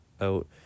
out